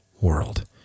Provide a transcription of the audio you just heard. world